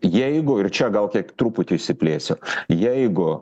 jeigu ir čia gal kiek truputį išsiplėsiu jeigu